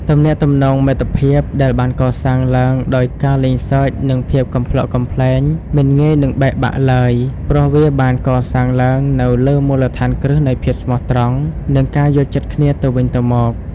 ទំនាក់ទំនងមិត្តភាពដែលបានកសាងឡើងដោយការលេងសើចនិងភាពកំប្លុកកំប្លែងមិនងាយនឹងបែកបាក់ឡើយ ព្រោះវាបានកសាងឡើងនៅលើមូលដ្ឋានគ្រឹះនៃភាពស្មោះត្រង់និងការយល់ចិត្តគ្នាទៅវិញទៅមក។